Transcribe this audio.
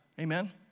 Amen